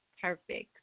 Perfect